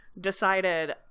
decided